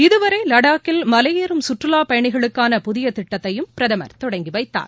இதுதவிர வடாக்கில் மலையேறும் சுற்றுலா பயணிகளுக்கான புதிய திட்டத்தையும் பிரதமர் தொடங்கி வைத்தார்